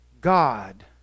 God